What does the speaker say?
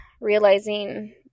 realizing